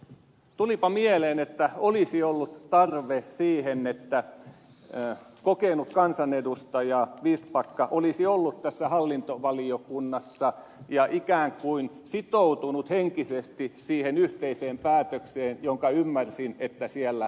tulipa mieleen että olisi ollut tarve siihen että kokenut kansanedustaja vistbacka olisi ollut hallintovaliokunnassa ja ikään kuin sitoutunut henkisesti siihen yhteiseen päätökseen jonka ymmärsin siellä tapahtuneen